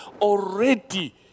Already